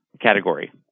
category